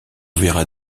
verra